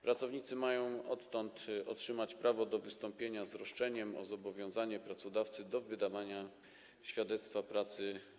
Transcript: Pracownicy mają odtąd otrzymać prawo do wystąpienia do sądu pracy z roszczeniem o zobowiązanie pracodawcy do wydania świadectwa pracy.